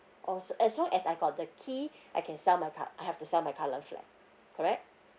oh so as long as I got the key I can sell my cur~ I have to sell the current flat correct